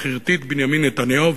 איך הרטיט בנימין נתניהו,